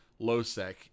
Losec